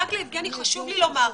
רק ליבגני חשוב לי לומר,